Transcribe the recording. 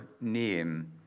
name